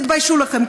תתביישו לכם,